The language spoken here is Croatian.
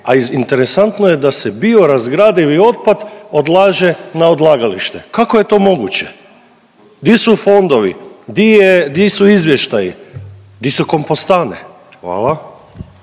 a interesantno je da se bio razgradivi otpad odlaže na odlagalište. Kako je to moguće? Di su fondovi, di su izvještaji, di su kompostane? Hvala.